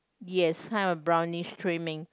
yes kind of brownish trimming